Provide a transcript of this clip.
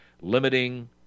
limiting